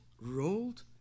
rolled